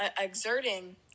exerting